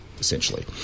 essentially